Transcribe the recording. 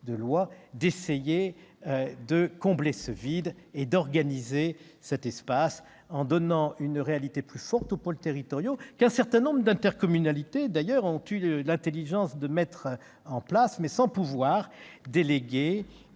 de loi vise à combler ce vide et organiser cet espace, en donnant une réalité plus forte aux pôles territoriaux qu'un certain nombre d'intercommunalités, d'ailleurs, ont eu l'intelligence de mettre en place, mais sans pouvoir, sur